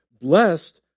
Blessed